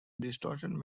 distortion